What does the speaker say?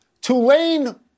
Tulane